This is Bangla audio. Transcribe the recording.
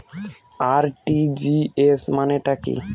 আর.টি.জি.এস মানে টা কি?